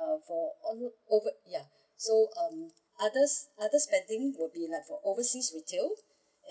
uh for ov~ over ya so um others others spending will be like for overseas retail